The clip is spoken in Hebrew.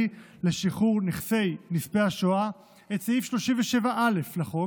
לשחרור נכסי נספי השואה את סעיף 37א לחוק,